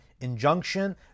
Injunction